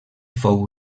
fou